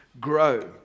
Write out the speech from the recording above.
grow